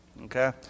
Okay